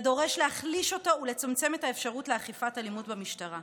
ודורש להחליש אותו ולצמצם את האפשרות לאכיפת המלחמה לאלימות במשפחה.